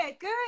good